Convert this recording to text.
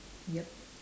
yup